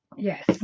Yes